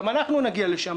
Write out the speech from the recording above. גם אנחנו נגיע לשם.